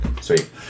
Sweet